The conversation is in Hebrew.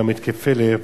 גם התקפי לב